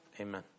Amen